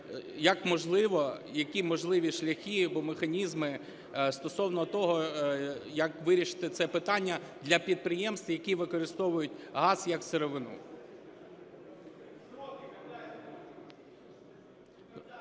як можливо, які можливі шляхи або механізми стосовно того, як вирішити це питання для підприємств, які використовують газ як сировину.